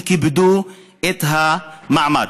וכיבדו את המעמד.